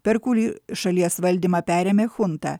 per kurį šalies valdymą perėmė chunta